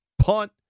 punt